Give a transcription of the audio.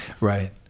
Right